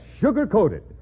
sugar-coated